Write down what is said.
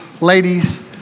ladies